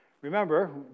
remember